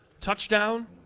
Touchdown